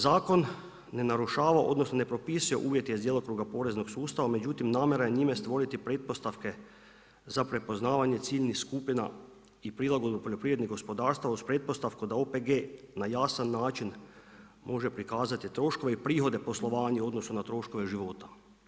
Zakon ne narušava, odnosno ne propisuje uvjete iz djelokruga poreznog sustava međutim namjera je njime stvoriti pretpostavke za prepoznavanje ciljnih skupina i prilagodbu poljoprivrednih gospodarstava uz pretpostavku da OPG na jasan način može prikazati troškove i prihode poslovanja u odnosu na troškove života.